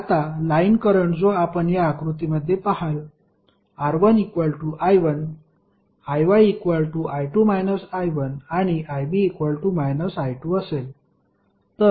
आता line current जो आपण या आकृतीमध्ये पाहाल IR I1 IY I2 − I1 आणि IB −I2 असेल